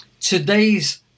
Today's